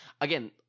again